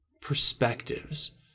perspectives